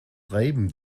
reiben